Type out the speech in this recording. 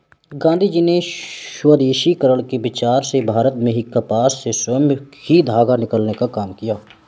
गाँधीजी ने स्वदेशीकरण के विचार से भारत में ही कपास से स्वयं ही धागा निकालने का काम किया